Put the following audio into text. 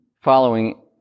following